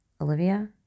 Olivia